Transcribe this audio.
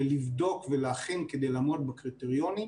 אבל על עסקים מעל 20 מיליון,